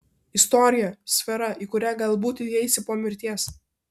istorija sfera į kurią galbūt įeisi po mirties